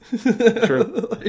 True